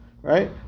right